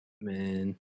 Man